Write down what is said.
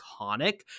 iconic